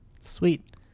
Sweet